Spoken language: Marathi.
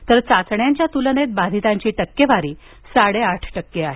तर चाचण्यांच्या तुलनेत बाधितांची टक्केवारी साडेआठ टक्के आहे